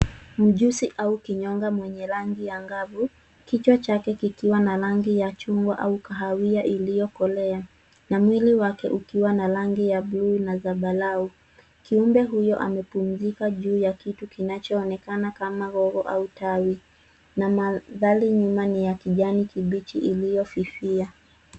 Mjusi au kinyonga mwenye rangi angavu kichwa chake kikiwa na rangi ya chungwa au kahawia iliyokolea na mwili wake ukiwa na rangi ya buluu na zambarau. Kiumbe huyu amepumzika juu ya kitu kinachoonekana kama gogo au tawi na mandhari nyuma ni ya kijani kibichi iliyofifia.